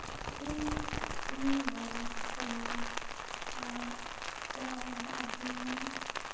ᱤᱧ ᱤᱧ ᱧᱮᱞᱫᱟ ᱡᱮ ᱱᱚᱣᱟ ᱤᱭᱟᱹᱨᱮ ᱟᱨᱠᱤ ᱢᱟᱱᱮ